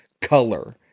color